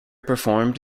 performed